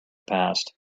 past